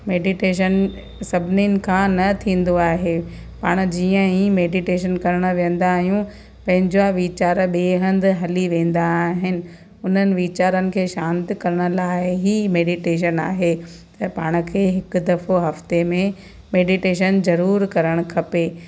meditation सभिनीनि खां न थींदो आहे पाण जीअं ई मेडीटेशन करणु विहंदा आहियूं पंहिंजा वीचार ॿिए हंधु हली वेंदा आहिनि उन्हनि वीचारनि खे शांत करण लाइ ई मेडीटेशन आहे त पाण खे हिकु दफ़ो हफ़्ते में मेडीटेशन ज़रूरु करणु खपे